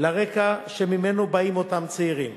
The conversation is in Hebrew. לרקע שממנו באים אותם צעירים.